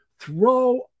throw